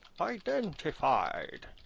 identified